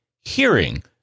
Hearing